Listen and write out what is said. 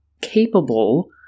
capable